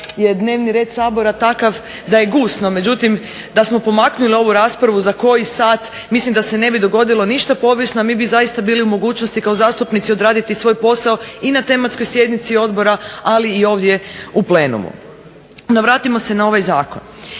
je dnevni red Sabora takav da je gust. No međutim, da smo pomaknuli ovu raspravu za koji sat mislim da se ne bi dogodilo ništa povijesno, a mi bi zaista bili u mogućnosti kao zastupnici odraditi svoj posao i na tematskoj sjednici odbora, ali i ovdje u plenumu. No, vratimo se na ovaj zakon.